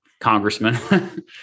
congressman